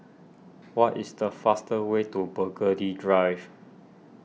what is the fast way to Burgundy Drive